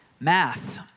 math